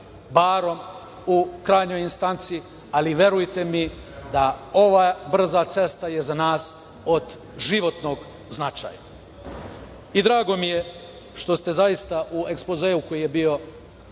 Barom u krajnjoj instanci, ali verujte mi da ova brza cesta je za nas od životnog značaja. Drago mi je što ste se zaista u ekspozeu, koji je, iako